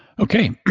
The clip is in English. okay,